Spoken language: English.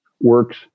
works